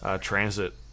transit